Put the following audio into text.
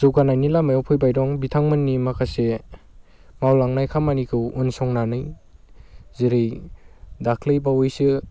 जौगानायनि लामायाव फैबाय दं बिथांमोननि माखासे मावलांनाय खामानिखौ उनसंनानै जेरै दाखालिबावैसो